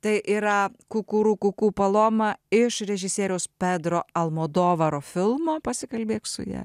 tai yra kukurukuku paloma iš režisieriaus pedro almodovaro filmo pasikalbėk su ja